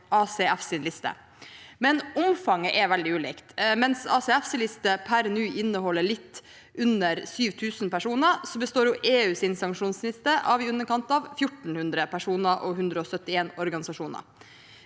ACFs liste, men omfanget er veldig ulikt. Mens ACFs liste per nå inneholder litt under 7 000 personer, består EUs sanksjonsliste av i underkant av 1 400 personer og 171 organisasjoner.